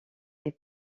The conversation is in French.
est